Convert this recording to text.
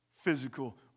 physical